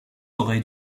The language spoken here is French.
aurait